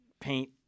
paint